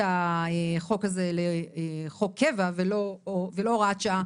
החוק הזה לחוק קבע ולא הוראת שעה,